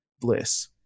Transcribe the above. bliss